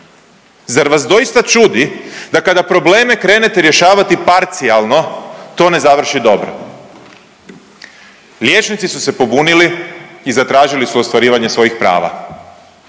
zar vas doista čudi da kada probleme krenete rješavati parcijalno to ne završi dobro. Liječnici su se pobunili i zatražili su ostvarivanje svojih prava,